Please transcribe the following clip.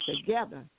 together